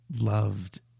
Loved